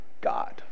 God